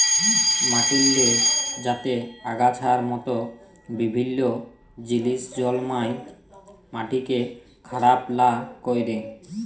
মাটিল্লে যাতে আগাছার মত বিভিল্ল্য জিলিস জল্মায় মাটিকে খারাপ লা ক্যরে